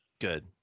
Good